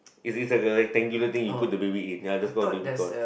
is it like a tangling thing you put the baby in ya that call a baby court